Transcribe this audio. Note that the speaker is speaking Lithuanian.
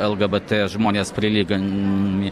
lbgt žmonės prilyginami